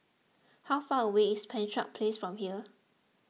how far away is Penshurst Place from here